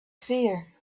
fear